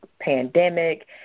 pandemic